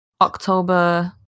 October